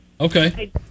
Okay